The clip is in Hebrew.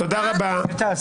תודה רבה, תודה רבה.